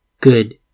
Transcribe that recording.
good